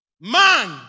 Man